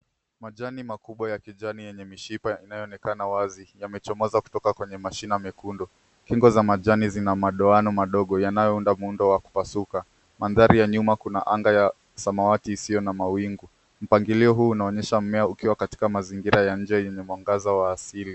Majani makubwa ya kijani yenye mishipa inayoonekana wazi. Yamechomoza kutoka kwenye mashina mekundu. Kingo za majani zina madoano madogo yanayounda muundo wa kupasuka. Mandhari ya nyuma kuna anga ya samawati isiyo na mawingu. Mpangilio huu unaonyesha mmea ukiwa katika mazingira ya nje yenye mwangaza wa asili.